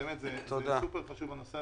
תודה.